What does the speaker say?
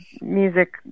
music